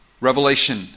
Revelation